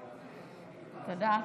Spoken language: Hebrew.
תודה.